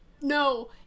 No